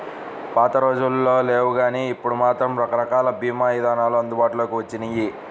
పాతరోజుల్లో లేవుగానీ ఇప్పుడు మాత్రం రకరకాల భీమా ఇదానాలు అందుబాటులోకి వచ్చినియ్యి